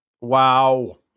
Wow